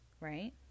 right